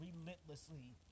relentlessly